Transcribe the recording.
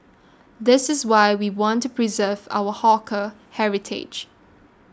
this is why we want to preserve our hawker heritage